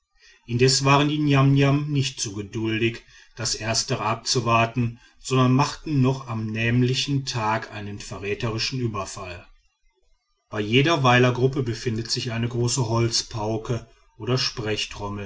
indes waren die niamniam nicht so geduldig das erstere abzuwarten sondern machten noch am nämlichen tag einen verräterischen überfall bei jeder weilergruppe befindet sich eine große holzpauke oder